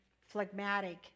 phlegmatic